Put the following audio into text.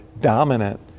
dominant